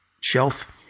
shelf